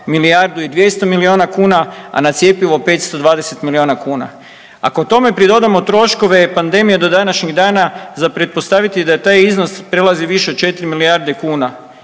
milijardu i 200 milijuna kuna, a na cjepivo 520 milijuna kuna. Ako tome pridodamo troškove pandemije do današnjeg dana za pretpostaviti je da taj iznos prelazi više od 4 milijarde kuna.